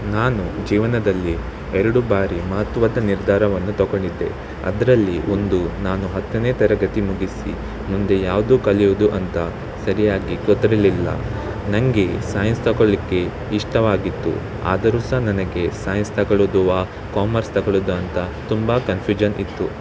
ನಾನು ಜೀವನದಲ್ಲಿ ಎರಡು ಬಾರಿ ಮಹತ್ವದ ನಿರ್ಧಾರವನ್ನು ತೊಗೊಂಡಿದ್ದೆ ಅದರಲ್ಲಿ ಒಂದು ನಾನು ಹತ್ತನೇ ತರಗತಿ ಮುಗಿಸಿ ಮುಂದೆ ಯಾವುದು ಕಲಿಯುವುದು ಅಂತ ಸರಿಯಾಗಿ ಗೊತ್ತಿರ್ಲಿಲ್ಲ ನನಗೆ ಸಾಯಿನ್ಸ್ ತೊಗೊಳ್ಳಿಕ್ಕೆ ಇಷ್ಟವಾಗಿತ್ತು ಆದರೂ ಸಹ ನನಗೆ ಸಾಯಿನ್ಸ್ ತೊಗೊಳ್ಳುದುವಾ ಕಾಮರ್ಸ್ ತೊಗೊಳ್ಳುದಾ ತುಂಬ ಕನ್ಫ್ಯೂಜನ್ ಇತ್ತು